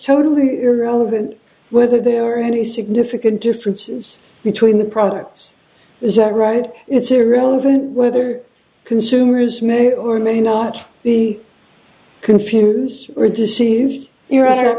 totally irrelevant whether there are any significant differences between the products is that right it's irrelevant whether consumers may or may not be confused or deceived you